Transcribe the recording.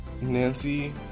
Nancy